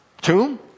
tomb